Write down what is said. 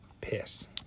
Piss